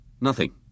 Nothing